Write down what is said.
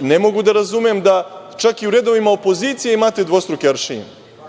Ne mogu da razumem da i čak u redovima opozicije imate dvostruke aršine,